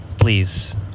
Please